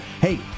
hey